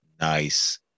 Nice